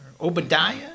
Obadiah